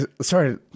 sorry